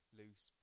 loose